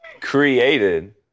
created